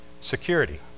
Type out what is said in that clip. security